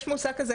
יש מושג כזה,